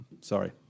sorry